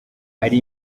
hari